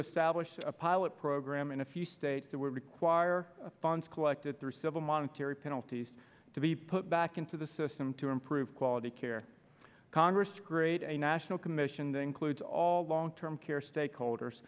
establish a pilot program in a few states that would require funds collected through civil monetary penalties to be put back into the system to improve quality care congress great a national commission that includes all long term care stakeholders